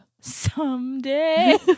someday